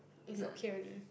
is okay only